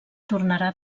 tornarà